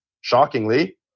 shockingly